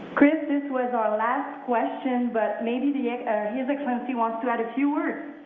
chris, this was our last question, but maybe his excellency wants to add a few words.